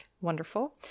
Wonderful